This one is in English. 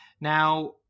Now